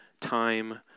time